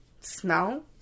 Smell